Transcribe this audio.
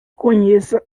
conheça